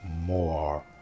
more